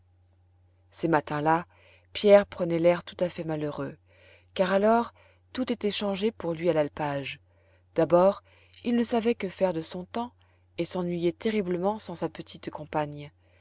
ces matins là pierre prenait l'air tout à fait malheureux car alors tout était changé pour lui à l'alpage d'abord il ne savait que faire de son temps et s'ennuyait terriblement sans sa petite compagne